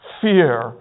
fear